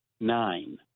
nine